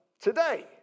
today